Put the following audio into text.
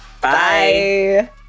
Bye